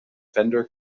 fender